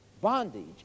bondage